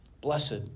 Blessed